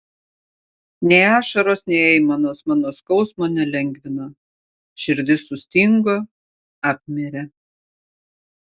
nei ašaros nei aimanos mano skausmo nelengvino širdis sustingo apmirė